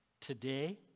Today